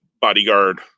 bodyguard